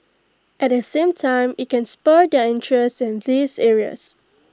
at the same time IT can spur their interest in these areas